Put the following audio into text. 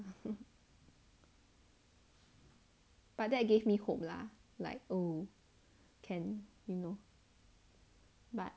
but that gave me hope lah like oh can you know but